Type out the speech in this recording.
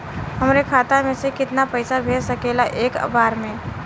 हमरे खाता में से कितना पईसा भेज सकेला एक बार में?